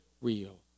real